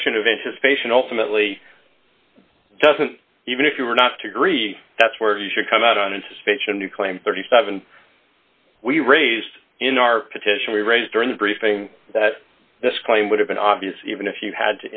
question of anticipation ultimately doesn't even if you were not to agree that's where you should come out on in suspension to claim thirty seven we raised in our petition we raised during the briefing that this claim would have been obvious even if you had